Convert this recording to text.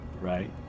right